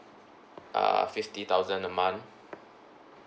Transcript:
uh fifty thousand a month